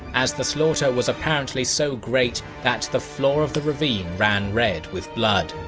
as the slaughter was apparently so great that the floor of the ravine ran red with blood.